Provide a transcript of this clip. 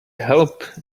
help